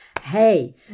Hey